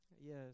Yes